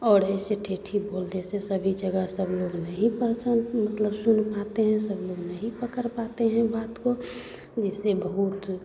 और ऐसे ठेठी बोलने से सभी जगह सब लोग नहीं पहचान मतलब सुन पाते हैं सब लोग नहीं पकड़ पाते हैं बात को जिससे बहुत